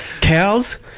cows